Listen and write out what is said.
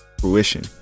fruition